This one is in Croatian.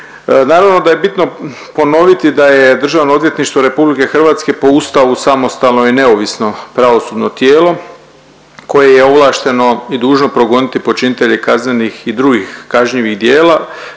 Naravno da je bitno ponoviti da je Državno odvjetništvo RH po Ustavu samostalno i neovisno pravosudno tijelo koje je ovlašteno i dužno progoniti počinitelje kaznenih i drugih kažnjivih djela,